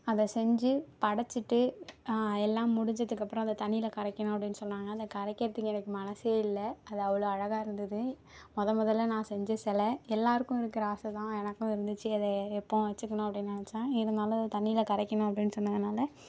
அதை செஞ்சு படைச்சுட்டு எல்லாம் முடிஞ்சதுக்கு அப்றம் அதை தண்ணிரில் கரைக்கணும் அப்படின்னு சொன்னாங்க அதை கரைக்கிறத்துக்கு எனக்கு மனசு இல்லை அது அவ்வளோ அழகாக இருந்துது மொதல் மொதலில் நான் செஞ்ச செலை எல்லோருக்கும் இருக்கிற ஆசை தான் எனக்கும் இருந்துச்சு அதை எப்பவும் வச்சுக்கணும் அப்படின்னு நெனைச்சன் இருந்தாலும் தண்ணிரில் கரைக்கணும் அப்படின்னு சொன்னதினால